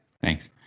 Thanks